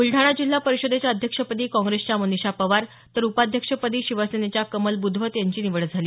बुलडाणा जिल्हा परिषदेच्या अध्यक्षपदी काँग्रेसच्या मनिषा पवार तर उपाध्यक्षपदी शिवसेनेच्या कमल ब्धवत यांची निवड झाली